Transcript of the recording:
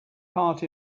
part